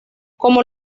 como